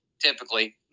typically